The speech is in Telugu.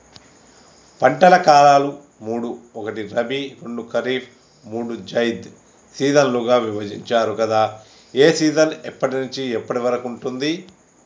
పంటల కాలాలు మూడు ఒకటి రబీ రెండు ఖరీఫ్ మూడు జైద్ సీజన్లుగా విభజించారు కదా ఏ సీజన్ ఎప్పటి నుండి ఎప్పటి వరకు ఉంటుంది?